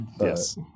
Yes